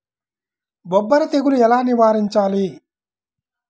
బొబ్బర తెగులు ఎలా నివారించాలి?